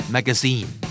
Magazine